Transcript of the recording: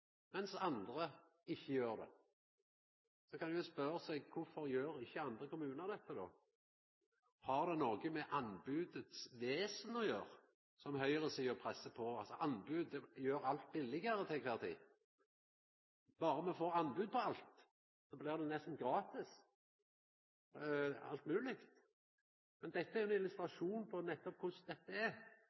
mens andre ikkje gjer det. Så kan ein jo spørja seg kvifor dei andre kommunane ikkje gjer det. Har det noko med anbodets vesen å gjera – som høgresida pressar på? Anbodet gjer alt billegare heile tida. Berre me får anbod på alt, blir alt mogleg nesten gratis. Dette er ein illustrasjon på nettopp korleis dette er.